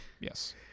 yes